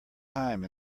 time